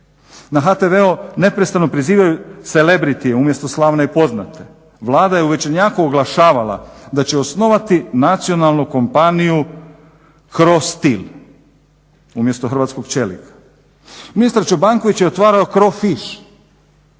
Na HTV-u neprestano prizivaju celebrityje umjesto slavne i poznate. Vlada je u Večernjaku oglašavala da će osnovati nacionalnu kompaniju cro steel, umjesto hrvatskog čelika. Ministar Čobanković je otvarao cro fish,